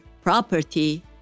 property